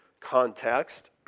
context